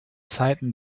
zeiten